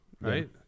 right